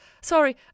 Sorry